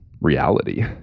reality